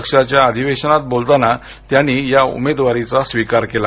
पक्षाच्या अधिवेशनात बोलताना त्यांनी या उमेदवारीचा स्वीकार केला